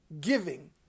Giving